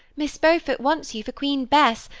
miss beaufort wants you for queen bess,